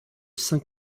saint